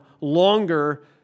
longer